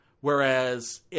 Whereas